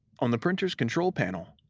on the printer's control panel,